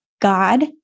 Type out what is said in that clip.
God